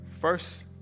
First